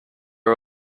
are